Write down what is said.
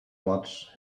watch